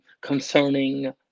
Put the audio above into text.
concerning